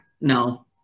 no